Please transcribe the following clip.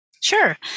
Sure